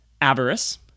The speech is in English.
avarice